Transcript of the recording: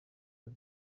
ari